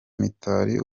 mitari